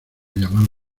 llamar